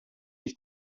ich